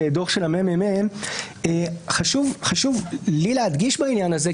דוח של הממ"מ חשוב לי להדגיש בעניין הזה,